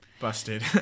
Busted